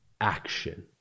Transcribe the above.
action